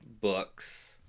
books